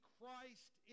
Christ